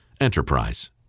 Enterprise